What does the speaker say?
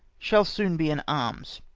shall soon be in arms.